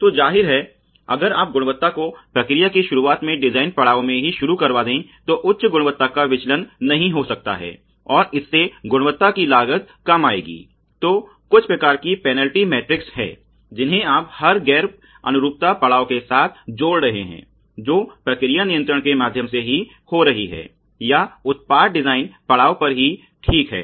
तो जाहिर है अगर आप गुणवत्ता को प्रक्रिया की शुरुवात मे डिजाइन पड़ाव मे ही शुरू करवा दे तो उच्च गुणवत्ता का विचलन नहीं हो सकता है और इससे गुणवत्ता की लागत कम आएगी तो कुछ प्रकार की पेनल्टी मैट्रिक्स हैं जिन्हे आप हर गैर अनुरूपता पड़ाव के साथ जोड़ रहे हैं जो प्रक्रिया नियंत्रण के माध्यम से हो रही है या उत्पाद डिजाइन पड़ाव पर भी ठीक है